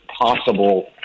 Possible